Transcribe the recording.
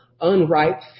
unripe